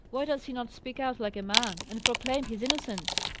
why does he not speak out like a man, and proclaim his innocence?